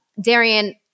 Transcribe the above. Darian